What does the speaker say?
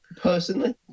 personally